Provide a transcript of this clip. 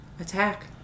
Attack